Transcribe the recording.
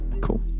cool